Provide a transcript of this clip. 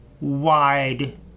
wide